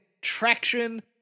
traction